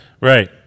Right